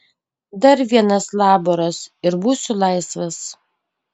dar vienas laboras ir būsiu laisvas